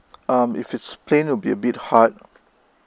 um if it's plane will be a bit hard